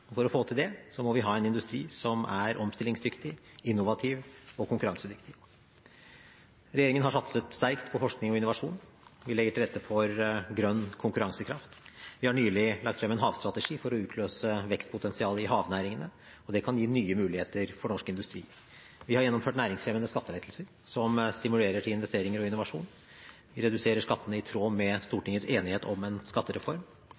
For å få til det må vi ha en industri som er omstillingsdyktig, innovativ og konkurransedyktig. Regjeringen har satset sterkt på forskning og innovasjon, og vi legger til rette for grønn konkurransekraft. Vi har nylig lagt frem en havstrategi for å utløse vekstpotensialet i havnæringene, og det kan gi nye muligheter for norsk industri. Vi har gjennomført næringsfremmende skattelettelser som stimulerer til investeringer og innovasjon. Vi reduserer skattene i tråd med Stortingets enighet om en skattereform,